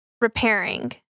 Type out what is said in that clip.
repairing